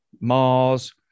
Mars